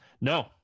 No